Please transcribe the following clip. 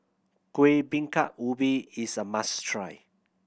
Kuih Bingka Ubi is a must try